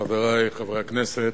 חברי חברי הכנסת,